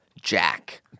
Jack